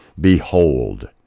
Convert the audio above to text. Behold